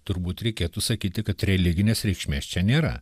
turbūt reikėtų sakyti kad religinės reikšmės čia nėra